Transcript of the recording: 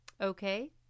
Okay